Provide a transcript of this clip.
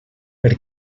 per